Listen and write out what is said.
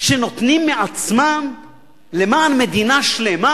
שנותנים מעצמם למען מדינה שלמה,